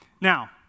Now